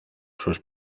sus